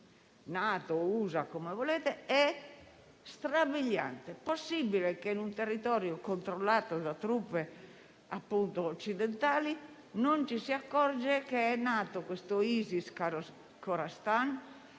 o USA, come preferite) è strabiliante. Possibile che, in un territorio controllato da truppe occidentali, non ci si accorge che è nato questo ISIS Khorasan,